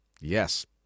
Yes